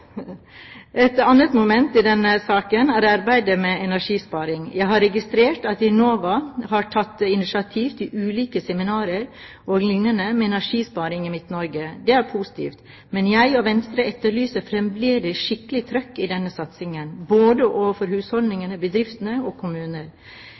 Et annet moment i denne saken er arbeidet med energisparing. Jeg har registrert at Enova har tatt initiativ til ulike seminarer o.l. om energisparing i Midt-Norge. Det er positivt. Men jeg og Venstre etterlyser fremdeles skikkelig trøkk i denne satsingen, både overfor husholdninger,